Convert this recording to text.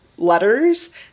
letters